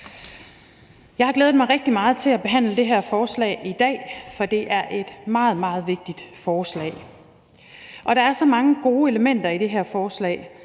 Jeg har glædet mig rigtig meget til at behandle det her forslag i dag, for det er et meget, meget vigtigt forslag. Der er så mange gode elementer i det her forslag.